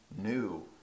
new